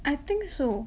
I think so